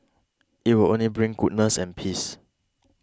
it will only bring goodness and peace